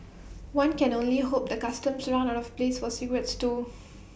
one can only hope the Customs runs out of place for cigarettes too